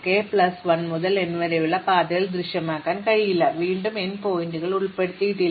അതിനാൽ k plus 1 മുതൽ n വരെ പാതയിൽ ദൃശ്യമാകാൻ കഴിയില്ല വീണ്ടും n പോയിന്റുകൾ ഉൾപ്പെടുത്തിയിട്ടില്ല